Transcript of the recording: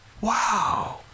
Wow